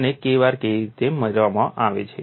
અને Kr કેવી રીતે મેળવવામાં આવે છે